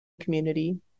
community